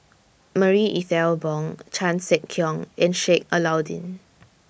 Marie Ethel Bong Chan Sek Keong and Sheik Alau'ddin